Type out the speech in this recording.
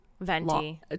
venti